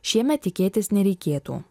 šiemet tikėtis nereikėtų